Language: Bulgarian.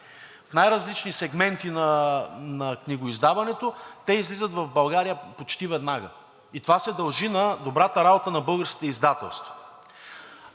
в най-различни сегменти на книгоиздаването, те излизат в България почти веднага и това се дължи на добрата работа на българските издателства.